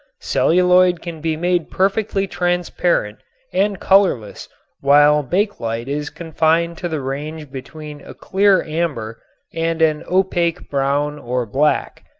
celluloid can be made perfectly transparent and colorless while bakelite is confined to the range between a clear amber and an opaque brown or black.